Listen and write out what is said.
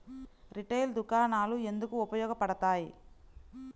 Retail దుకాణాలు ఎందుకు ఉపయోగ పడతాయి?